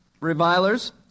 revilers